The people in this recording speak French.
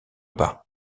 pas